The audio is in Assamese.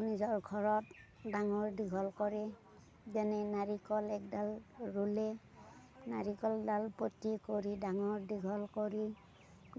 নিজৰ ঘৰত ডাঙৰ দীঘল কৰে যেনে নাৰিকল একডাল ৰুলে নাৰিকলডাল প্ৰতি কৰি ডাঙৰ দীঘল কৰি